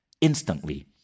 instantly